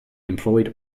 employed